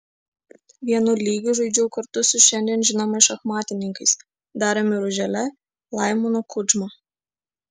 vienu lygiu žaidžiau kartu su šiandien žinomais šachmatininkais dariumi ružele laimonu kudžma